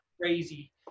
crazy